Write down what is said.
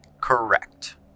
Correct